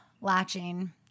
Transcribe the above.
latching